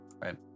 right